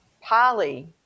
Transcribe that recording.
Polly